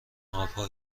آبها